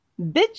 bitch. (